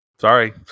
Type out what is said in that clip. Sorry